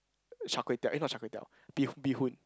Char-Kway-Teow eh not Char-Kway-Teow bee bee-hoon